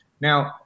Now